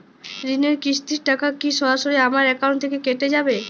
ঋণের কিস্তির টাকা কি সরাসরি আমার অ্যাকাউন্ট থেকে কেটে যাবে?